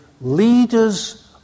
leaders